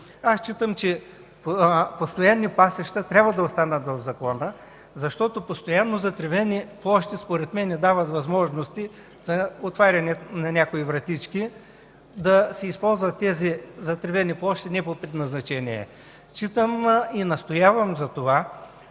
Аз считам, че „постоянни пасища” трябва да останат в закона, защото „постоянно затревени площи” според мен дават възможности за отваряне на някои вратички, да се използват тези затревени площи не по предназначение. Настоявам да има